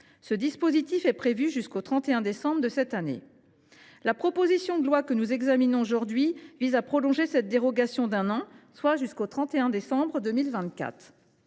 ce dispositif est prévue jusqu’au 31 décembre de cette année. La proposition de loi que nous examinons aujourd’hui vise à prolonger cette dérogation d’un an, en l’étendant jusqu’au 31 décembre 2024.